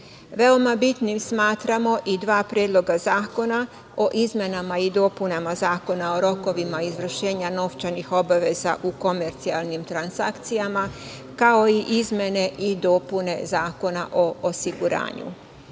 bitnim smatramo i dva predloga zakona o izmenama i dopunama Zakona o rokovima izvršenja novčanih obaveza u komercijalnim transakcijama, kao i izmene i dopune Zakona o osiguranju. Svoje